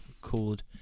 called